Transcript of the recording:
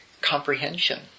comprehension